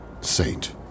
Saint